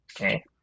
Okay